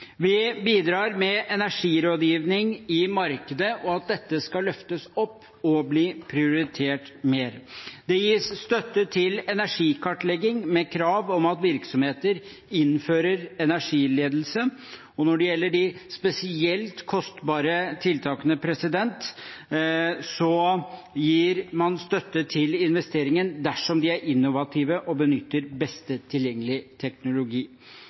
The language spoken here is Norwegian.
Vi bidrar med energirådgivning i markedet og at dette skal løftes opp og bli prioritert mer. Det gis støtte til energikartlegging, med krav om at virksomheter innfører energiledelse, og når det gjelder de spesielt kostbare tiltakene, gir man støtte til investeringene dersom de er innovative og benytter best tilgjengelig teknologi.